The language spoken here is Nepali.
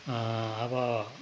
अब